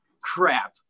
crap